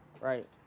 right